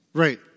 Right